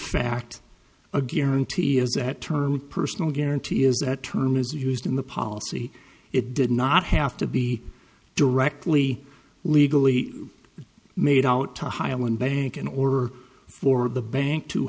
fact a guarantee as that term personal guarantee is that term is used in the policy it did not have to be directly legally made out to highland bank in order for the bank to